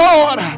Lord